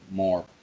more